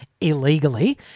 illegally